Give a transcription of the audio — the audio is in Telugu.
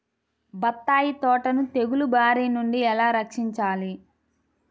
బత్తాయి తోటను తెగులు బారి నుండి ఎలా రక్షించాలి?